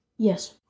Yes